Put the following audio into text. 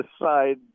decide